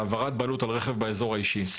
הערבית להעברת בעלות על רכב באזור האישי.